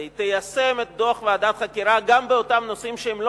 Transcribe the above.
זה ליישם את דוח ועדת החקירה גם באותם נושאים שלא